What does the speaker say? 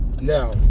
Now